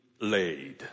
laid